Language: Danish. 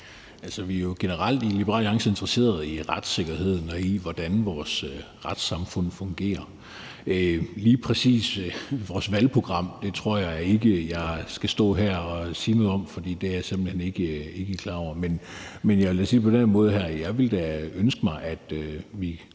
vi jo generelt interesseret i retssikkerheden og i, hvordan vores retssamfund fungerer. Lige præcis vores valgprogram tror jeg ikke jeg skal stå her og sige noget om, for det er jeg simpelt hen ikke klar over, men jeg vil da sige det på den her måde: Jeg ville da ønske mig, at vi